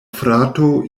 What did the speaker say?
frato